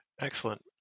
Excellent